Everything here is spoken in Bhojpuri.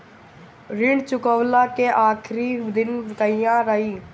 ऋण चुकव्ला के आखिरी दिन कहिया रही?